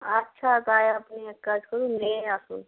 আচ্ছা তাই আপনি এক কাজ করুন নিয়েই আসুন